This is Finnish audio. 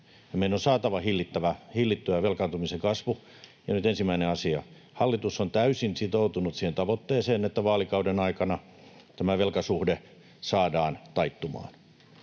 meidän on saatava hillittyä velkaantumisen kasvu. Ja nyt ensimmäinen asia: Hallitus on täysin sitoutunut siihen tavoitteeseen, että vaalikauden aikana tämä velkasuhde saadaan taittumaan.